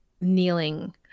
kneeling